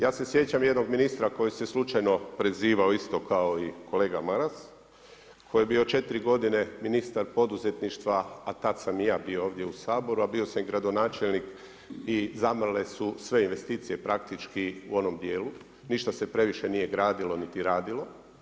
Ja se sjećam jednog ministra koji se slučajno prezivao isto kao i kolega Maras, koji je bio 4 godine ministar poduzetništva a tada sam i ja bio ovdje u Saboru a bio sam i gradonačelnik i zamrle su sve investicije praktički u onom dijelu, ništa se previše nije gradilo niti radilo.